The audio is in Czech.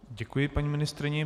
Děkuji paní ministryni.